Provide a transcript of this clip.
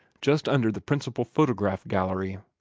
just under the principal photograph gallery.